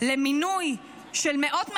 למינוי של מאות מקורבים.